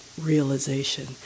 realization